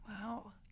Wow